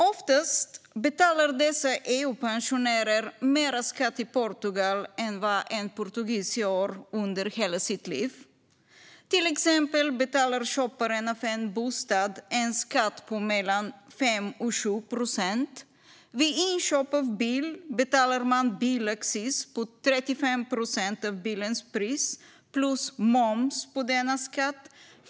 Oftast betalar dessa EUpensionärer mer skatt i Portugal än vad en portugis gör under hela sitt liv. Exempelvis betalar köparen av en bostad en skatt på mellan 5 och 7 procent. Vid inköp av en bil betalar man bilaccis på 35 procent av bilens pris plus moms på denna skatt.